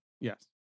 Yes